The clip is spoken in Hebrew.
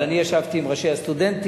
אבל אני ישבתי עם ראשי הסטודנטים,